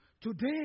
Today